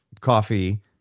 coffee